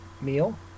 meal